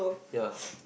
ya